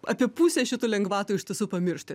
apie pusę šitų lengvatų iš tiesų pamiršti